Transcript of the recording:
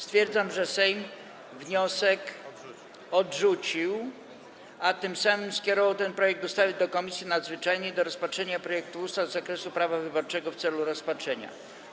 Stwierdzam, że Sejm wniosek odrzucił, a tym samym skierował ten projekt ustawy do Komisji Nadzwyczajnej do rozpatrzenia projektów ustaw z zakresu prawa wyborczego w celu rozpatrzenia.